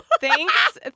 Thanks